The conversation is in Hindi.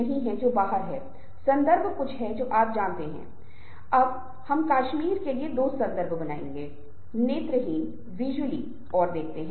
यहां तक कि यदि आप अपने चेहरे के माध्यम से और अपने शरीर के माध्यम से बहुत सी चीजों को संवाद करने का प्रबंधन करते हैं